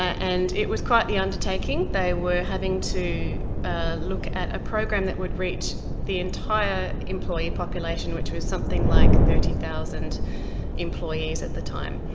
and it was quite the undertaking. they were having to look a program that would reach the entire employee population, which was something like thirty thousand employees at the time.